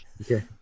Okay